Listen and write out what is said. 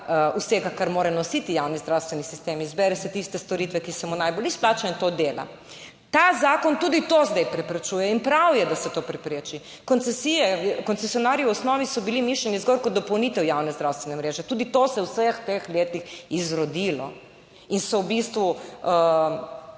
vsega kar mora nositi javni zdravstveni sistem, izbere se tiste storitve, ki se mu najbolj izplača in to dela. Ta zakon tudi to zdaj preprečuje in prav je, da se to prepreči. Koncesije, koncesionarji v osnovi so bili mišljeni zgolj kot dopolnitev javne zdravstvene mreže. Tudi to se je v vseh teh letih izrodilo in so v bistvu